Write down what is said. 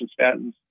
statins